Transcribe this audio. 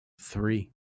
Three